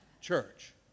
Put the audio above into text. Church